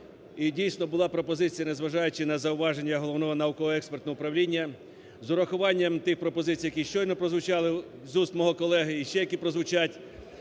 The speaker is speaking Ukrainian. І дійсно була пропозиція, незважаючи на зауваження Головного науково-експертного управління, з урахуванням тих пропозицій, які щойно прозвучали з уст мого колеги і ще які прозвучать,